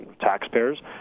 taxpayers